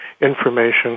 information